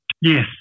Yes